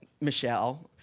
Michelle